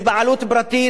בבעלות פרטית,